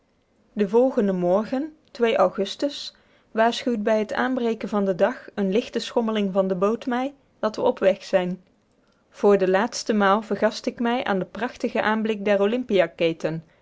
den volgenden morgen augustus waarschuwt bij t aanbreken van den dag een lichte schommeling van de boot mij dat we op weg zijn voor de laatste maal vergast ik mij aan den prachtigen aanblik der